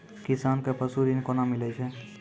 किसान कऽ पसु ऋण कोना मिलै छै?